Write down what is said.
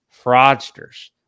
fraudsters